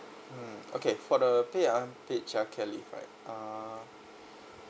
hmm okay for the paid unpaid childcare leave right err